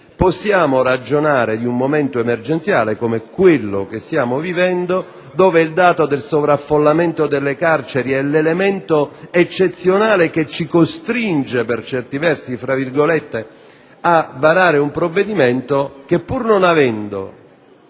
possiamo ragionare di un momento emergenziale, come quello che stiamo vivendo dove il dato del sovraffollamento delle carceri è l'elemento eccezionale che ci costringe, per certi versi, a varare un provvedimento che, pur non avendo